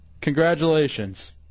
Congratulations